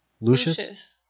Lucius